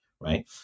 right